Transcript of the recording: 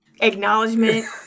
acknowledgement